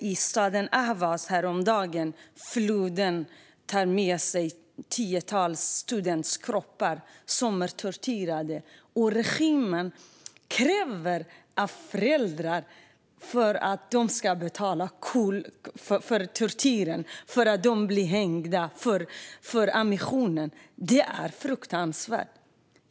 I staden Ahvaz häromdagen förde floden med sig kropparna från tiotals studenter som torterats. Regimen kräver att föräldrarna ska betala för tortyren, för hängningar och för ammunitionen. Det är fruktansvärt.